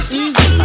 easy